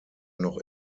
noch